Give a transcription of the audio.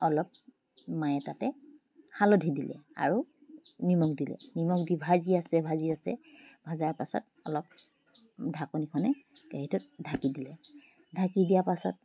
অলপ মায়ে তাতে হালধি দিলে আৰু নিমখ দিলে নিমখ দি ভাজি আছে ভাজি আছে ভজাৰ পাছত অলপ ঢাকনিখনে কেৰাহিটোত ঢাকি দিলে ঢাকি দিয়া পাছত